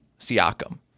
Siakam